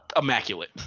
immaculate